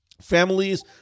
families